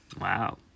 wow